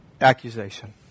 accusation